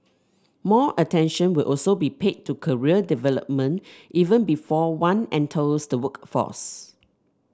more attention will also be paid to career development even before one enters the workforce